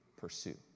pursue